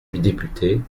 députée